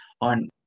on